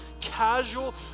casual